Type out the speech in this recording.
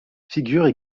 figurent